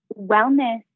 wellness